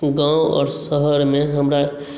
गाँव आओर शहरमे हमरा